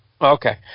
okay